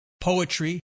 poetry